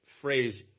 phrase